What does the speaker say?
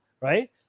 right